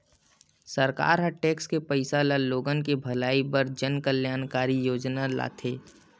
सरकार ह टेक्स के पइसा ल लोगन के भलई बर जनकल्यानकारी योजना लाथे